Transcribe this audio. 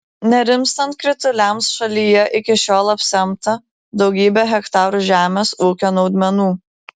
nerimstant krituliams šalyje iki šiol apsemta daugybė hektarų žemės ūkio naudmenų